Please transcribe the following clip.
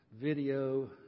video